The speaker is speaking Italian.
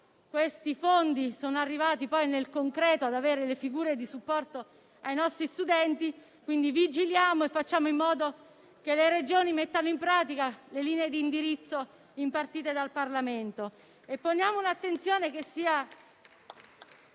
concreto non si è arrivati ad avere dappertutto figure di supporto ai nostri studenti, quindi vigiliamo e facciamo in modo che le Regioni mettano in pratica le linee di indirizzo impartite dal Parlamento.